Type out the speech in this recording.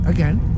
Again